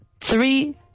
Three